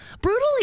Brutally